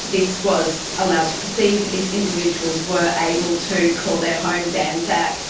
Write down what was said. this was allowed to proceed, if individuals were able to call their homes anzac,